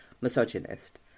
misogynist